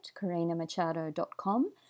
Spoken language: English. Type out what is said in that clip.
Karinamachado.com